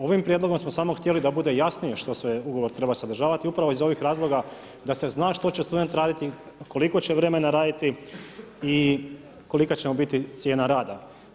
Ovim prijedlogom smo samo htjeli da bude jasnije što sve ugovor treba sadržavati, upravo iz ovih razloga, da se zna što će student raditi, koliko će vremena raditi i kolika će mu biti cijena rada.